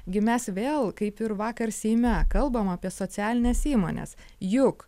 gi mes vėl kaip ir vakar seime kalbam apie socialines įmones juk